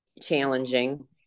challenging